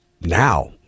now